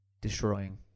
destroying